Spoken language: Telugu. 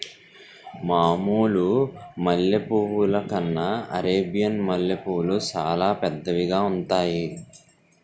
మామూలు మల్లె పువ్వుల కన్నా అరేబియన్ మల్లెపూలు సాలా పెద్దవిగా ఉంతాయి